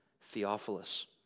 Theophilus